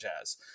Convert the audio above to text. jazz